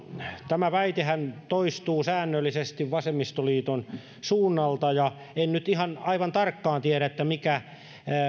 tämä väitehän toistuu säännöllisesti vasemmistoliiton suunnalta ja en nyt ihan aivan tarkkaan tiedä mikä